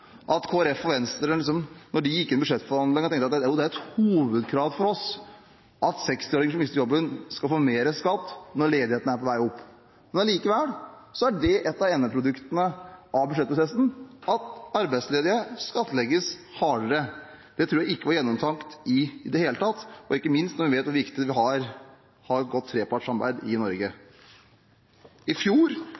Kristelig Folkeparti og Venstre, da de gikk inn i budsjettforhandlinger, tenkte at det var et hovedkrav for dem at 60-åringer som mister jobben, skulle få mer skatt når ledigheten var på vei opp. Likevel er ett av endeproduktene av budsjettprosessen at arbeidsledige skattlegges hardere. Det tror jeg ikke var gjennomtenkt i det hele tatt – ikke minst når vi vet hvor viktig det er å ha et godt trepartssamarbeid i Norge. I siste liten i fjor